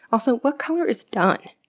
also what color is done?